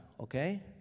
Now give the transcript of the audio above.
okay